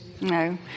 No